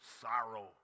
sorrow